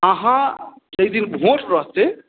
अहाँ जाहि दिन भोट रहतै